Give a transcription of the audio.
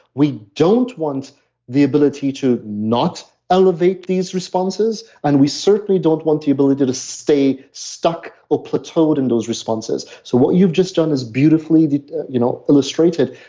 we don't want the ability to not elevate these responses. and we certainly don't want the ability to to stay stuck or plateaued in those responses. so what you've just done is beautifully you know illustrated,